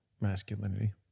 masculinity